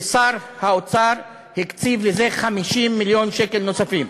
ששר האוצר הקציב לזה 50 מיליון שקל נוספים.